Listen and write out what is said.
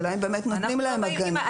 השאלה האם באמת נותנים להם הגנה.